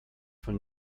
von